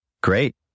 Great